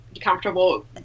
comfortable